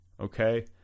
Okay